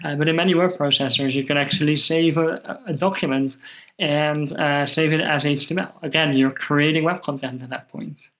and but in many word processors, you can actually save a document and save it as html. again, you're creating web content at and that point.